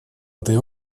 этой